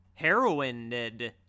heroined